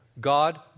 God